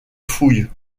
fouilles